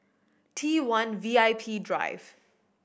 T one VIP Drive